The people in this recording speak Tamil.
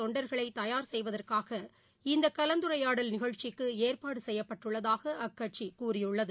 தொண்டர்களைதயார் செய்வதற்காக இந்தகலந்துரையாடல் நிகழ்ச்சிக்குஏற்பாடுசெய்யப்பட்டுள்ளதாகஅக்கட்சியகூறியுள்ளது